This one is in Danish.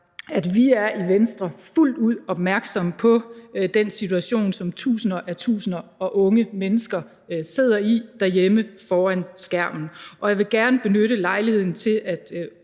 at vi i Venstre er fuldt ud opmærksomme på den situation, som tusinder og tusinder af unge mennesker sidder i derhjemme foran skærmen. Jeg vil gerne benytte lejligheden til at